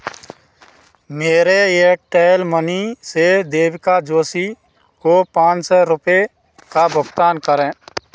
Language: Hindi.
मेरे एयरटेल मनी से देविका जोशी को पांच सौ रुपये का भुगतान करें